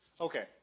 Okay